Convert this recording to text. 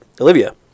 Olivia